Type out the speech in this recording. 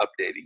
updating